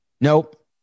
Nope